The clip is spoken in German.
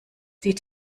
die